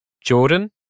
Jordan